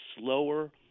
slower